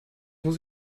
muss